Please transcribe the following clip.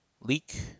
Leek